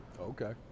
Okay